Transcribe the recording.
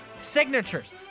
signatures